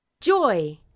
Joy